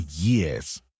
years